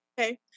Okay